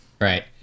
Right